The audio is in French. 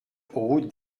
route